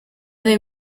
they